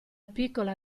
piccola